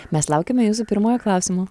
mes laukiame jūsų pirmojo klausimo